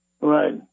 Right